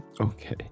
okay